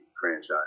franchise